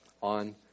on